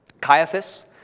Caiaphas